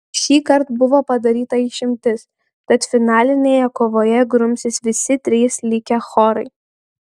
šįkart buvo padaryta išimtis tad finalinėje kovoje grumsis visi trys likę chorai